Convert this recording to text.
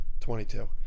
22